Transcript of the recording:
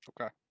Okay